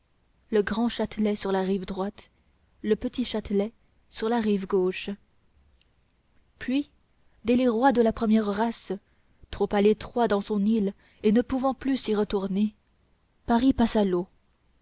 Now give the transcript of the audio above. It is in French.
le grand châtelet sur la rive droite le petit châtelet sur la rive gauche puis dès les rois de la première race trop à l'étroit dans son île et ne pouvant plus s'y retourner paris passa l'eau